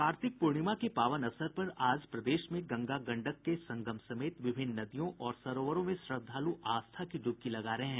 कार्तिक पूर्णिमा के पावन अवसर पर आज प्रदेश में गंगा गंडक के संगम समेत विभिन्न नदियों और सरोवरों में श्रद्वालू आस्था की डुबकी लगा रहे हैं